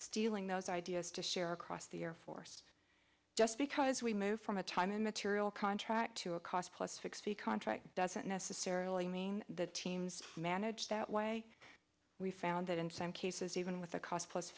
stealing those ideas to share across the air force just because we moved from a time in the tiriel contract to a cost plus sixty contract doesn't necessarily mean that teams manage that way we found that in some cases even with the cost plus